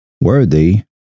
worthy